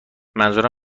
منظور